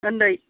उन्दै